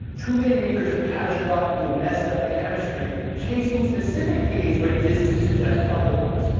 too many reefers have catastrophically messed up the chemistry chasing specific ph ranges to suggest otherwise.